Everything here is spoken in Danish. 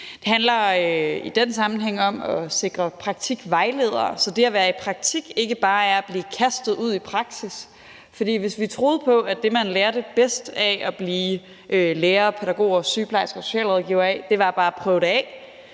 Det handler i den sammenhæng om at sikre praktikvejledere, så det at være i praktik ikke bare er at blive kastet ud i praksis. For hvis vi troede på, at det, man lærte bedst af for at blive lærer, pædagog, sygeplejerske og socialrådgiver, bare var at prøve det af,